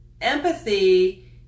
empathy